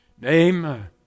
Name